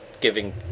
giving